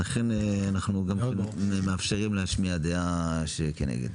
ולכן אנחנו גם מאפשרים להשמיע דעה שכנגד.